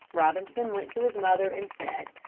robinson went to his mother and said,